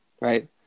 Right